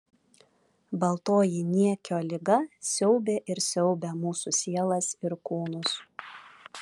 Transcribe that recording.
baltoji niekio liga siaubė ir siaubia mūsų sielas ir kūnus